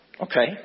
Okay